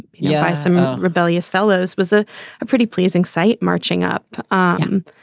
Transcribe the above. yeah. i some ah rebellious fellows was a pretty pleasing sight marching up. ah um